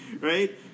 right